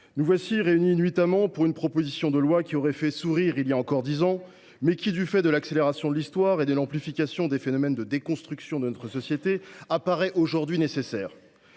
nous voilà réunis nuitamment pour l’examen d’une proposition de loi qui aurait fait sourire il y a encore dix ans, mais qui, du fait de l’accélération de l’histoire et de l’amplification des phénomènes de déconstruction de notre société, apparaît aujourd’hui nécessaire.